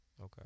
Okay